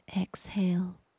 exhale